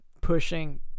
pushing